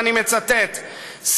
ואני מצטט,